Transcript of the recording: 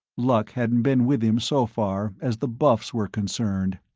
luck hadn't been with him so far as the buffs were concerned.